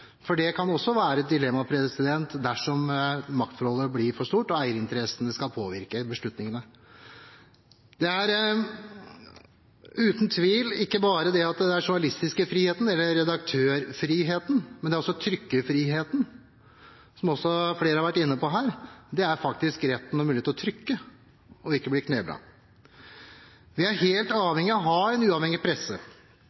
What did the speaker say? for det kan være et dilemma dersom maktforholdet blir for skjevt og eierinteressene skal påvirke beslutningene. Det dreier seg uten tvil ikke bare om den journalistiske friheten eller redaktørfriheten, men også om trykkefriheten, som flere har vært inne på her – retten og muligheten til å trykke og ikke bli kneblet. Vi er helt avhengige av å ha en uavhengig presse,